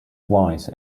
weiss